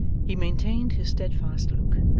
he maintained his steadfast look,